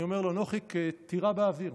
אני אומר לו: נוחיק, תירה באוויר,